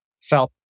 felt